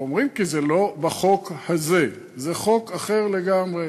אומרים: כי זה לא בחוק הזה, זה חוק אחר לגמרי.